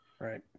Right